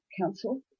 council